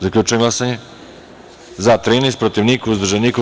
Zaključujem glasanje: za – 13, protiv – niko, uzdržanih – nema.